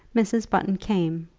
mrs. button came,